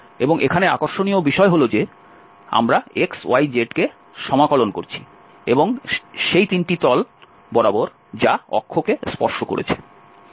এবং এখানে আকর্ষণীয় বিষয় হল যে আমরা x y z কে সমাকলন করছি এবং সেই তিনটি সমতল বরাবর যা অক্ষকে স্পর্শ করছে